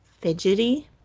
fidgety